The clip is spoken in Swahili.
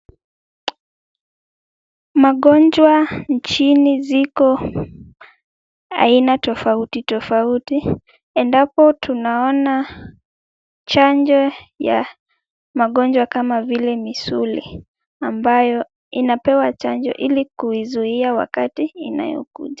Magonjwa nchini ziko aina tofauti tofauti, endapo tunaona chanjo ya magonjwa kama vile misuli, ambayo inapewa chanjo ili kuizuia wakati inayokuja.